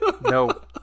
No